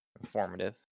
informative